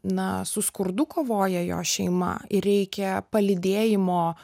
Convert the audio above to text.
na su skurdu kovoja jo šeima ir reikia palydėjimo